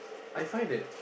I find that